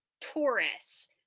Taurus